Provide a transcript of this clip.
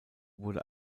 wurde